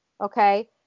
Okay